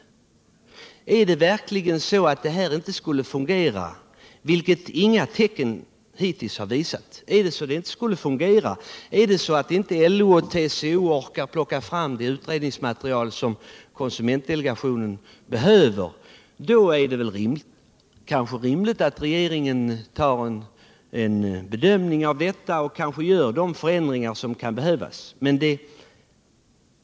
Skulle det här systemet verkligen inte fungera — vilket inga tecken hittills har tytt på — eller skulle LO och TCO inte orka plocka fram det utredningsmaterial som konsumentdelegationen behöver, då är det kanske rimligt att regeringen bedömer situationen och gör de förändringar som kan behövas.